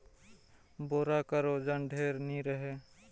बोरा कर ओजन ढेर नी रहें